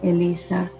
Elisa